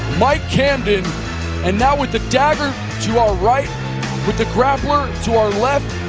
mike camden and now with the dagger to our right with the grappler to our left.